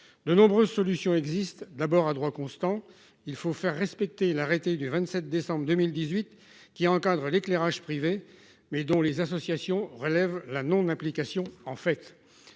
de nombreuses solutions existent d'abord à droit constant, il faut faire respecter l'arrêté du 27 décembre 2018 qui encadrent l'éclairage privés mais dont les associations relève la non application en fait.